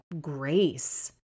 grace